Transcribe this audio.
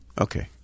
Okay